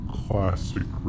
classic